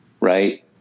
right